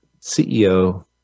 CEO